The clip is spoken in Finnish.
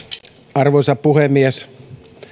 arvoisa puhemies